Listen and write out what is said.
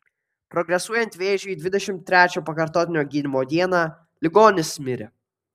progresuojant vėžiui dvidešimt trečią pakartotinio gydymo dieną ligonis mirė